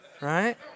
Right